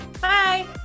Bye